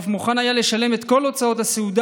ואף שהיה מוכן לשלם את כל הוצאות הסעודה,